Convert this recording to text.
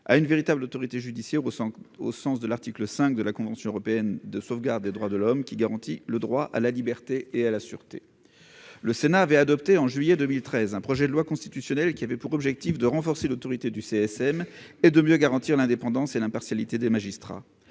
à une véritable autorité judiciaire au sens au sens de l'article 5 de la Convention européenne de sauvegarde des droits de l'homme qui garantit le droit à la liberté et à la sûreté, le Sénat avait adopté en juillet 2013, un projet de loi constitutionnelle qui avait pour objectif de renforcer l'autorité du CSM et de mieux garantir l'indépendance et l'impartialité des magistrats,